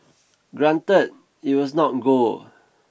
granted it was not gold